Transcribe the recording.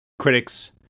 critics